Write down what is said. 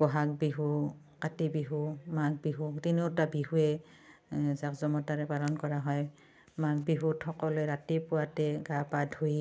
বহাগ বিহু কাতি বিহু মাঘ বিহু তিনিওটা বিহুৱেই জাক জমকতাৰে পালন কৰা হয় মাঘ বিহুত সকলোৱে ৰাতিপুৱাতে গা পা ধুই